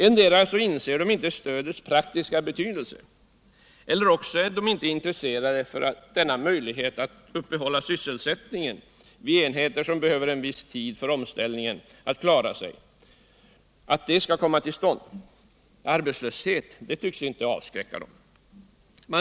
Endera inser man inte stödets praktiska betydelse eller också är man inte intresserad av denna möjlighet att upprätthålla sysselsättningen vid enheter som behöver en viss tid för omställning. Arbetslöshet tycks inte avskräcka de borgerliga.